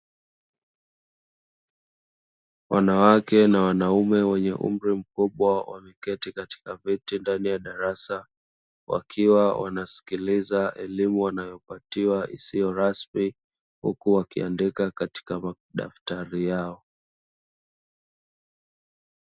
Wanawake na wanaume wenye umri mkubwa wameketi katika viti ndani ya darasa, wakiwa wanasikiliza elimu wanayopatiwa isiyo rasmi huku wakiandika katika madaftari yao.